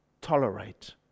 tolerate